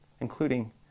including